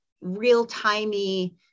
real-timey